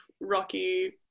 rocky